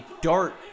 dart